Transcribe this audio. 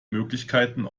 möglichkeiten